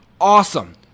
awesome